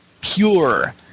pure